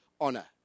honor